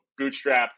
bootstrapped